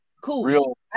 Cool